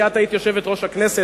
כי את היית יושבת-ראש הכנסת,